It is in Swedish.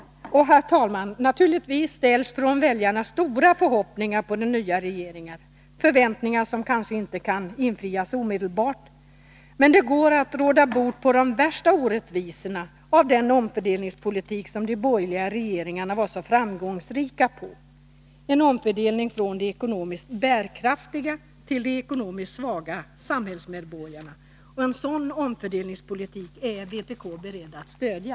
Herr talman! Naturligtvis knyter väljarna stora förhoppningar till den nya regeringen — förväntningar som kanske inte kan infrias omedelbart, men det går att råda bot på de värsta orättvisorna till följd av den omfördelningspolitik som de borgerliga regeringarna var så framgångsrika med. Det skulle innebära en omfördelning från de ekonomiskt bärkraftiga till de ekonomiskt svaga samhällsmedborgarna. En sådan omfördelningspolitik är vpk berett att stödja.